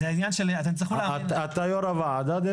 אתה יושב-ראש הוועדה?